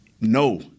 no –